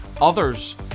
others